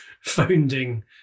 founding